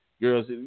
girls